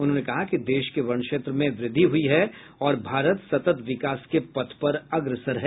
उन्होंने कहा कि देश के वन क्षेत्र में वृद्धि हुई है और भारत सतत विकास के पथ पर अग्रसर है